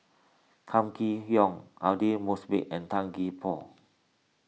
Kam Kee Yong Aidli Mosbit and Tan Gee Paw